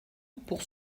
pour